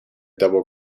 double